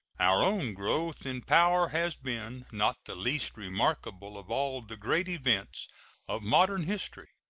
our own growth in power has been not the least remarkable of all the great events of modern history.